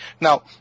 Now